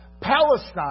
Palestine